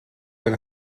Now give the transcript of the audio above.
than